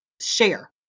share